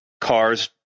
cars